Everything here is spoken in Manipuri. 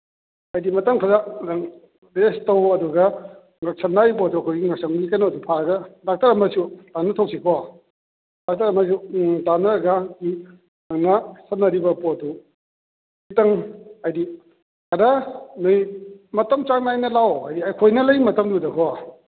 ꯍꯥꯏꯗꯤ ꯃꯇꯝ ꯈꯔ ꯅꯪ ꯔꯦꯁ ꯇꯧ ꯑꯗꯨꯒ ꯉꯛꯁꯝ ꯅꯥꯔꯤ ꯄꯣꯠꯇꯨ ꯑꯩꯈꯣꯏꯒꯤ ꯉꯛꯁꯝꯒꯤ ꯀꯩꯅꯣꯗꯨ ꯐꯥꯔꯒ ꯗꯥꯛꯇꯔ ꯑꯃꯁꯨ ꯇꯥꯅꯊꯣꯛꯁꯤꯀꯣ ꯗꯥꯛꯇꯔ ꯑꯃꯁꯨ ꯎꯝ ꯇꯥꯟꯅꯔꯒ ꯎꯝ ꯅꯪꯅ ꯁꯥꯟꯅꯔꯤꯕ ꯄꯣꯠꯇꯨ ꯈꯤꯇꯪ ꯍꯥꯏꯗꯤ ꯈꯔ ꯅꯣꯏ ꯃꯇꯝ ꯆꯥꯡ ꯅꯥꯏꯅ ꯂꯥꯛꯑꯣ ꯑꯩꯈꯣꯏꯅ ꯂꯩ ꯃꯇꯝꯗꯨꯗꯀꯣ